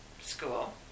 school